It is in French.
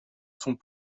sont